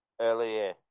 earlier